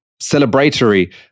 celebratory